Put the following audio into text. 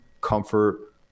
comfort